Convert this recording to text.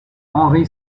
henri